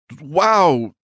wow